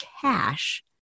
cash